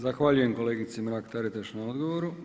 Zahvaljujem kolegici Mrak-Taritaš na odgovoru.